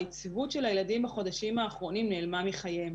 היציבות של הילדים בחודשים האחרונים נעלמה מחייהם,